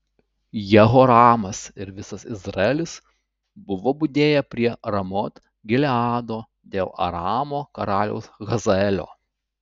jehoramas ir visas izraelis buvo budėję prie ramot gileado dėl aramo karaliaus hazaelio